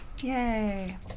Yay